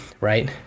right